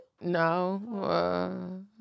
no